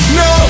no